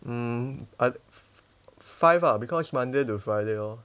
mm I f~ five ah because monday to friday lor